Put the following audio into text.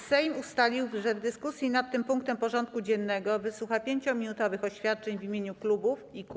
Sejm ustalił, że w dyskusji nad tym punktem porządku dziennego wysłucha 5-minutowych oświadczeń w imieniu klubów i kół.